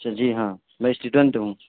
اچھا جی ہاں میں اسٹوڈینٹ ہوں